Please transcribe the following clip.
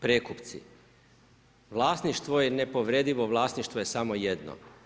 Prekupci, vlasništvo je nepovredivo, vlasništvo je samo jedno.